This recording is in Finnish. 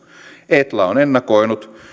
etla on ennakoinut